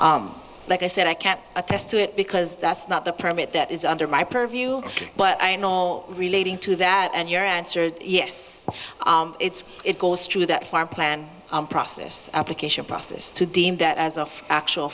like i said i can't attest to it because that's not the permit that is under my purview but i and all relating to that and your answer yes it's it goes through that fire plan process application process to deem that as of actual